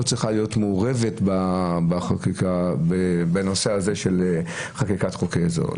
צריכה להיות מעורבת בחקיקה בנושא הזה של חקיקת חוקי עזר.